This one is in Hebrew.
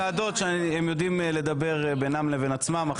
יושבי הראש של שתי הוועדות יודעים לדבר בינם לבין עצמם.